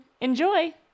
enjoy